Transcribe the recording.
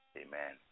amen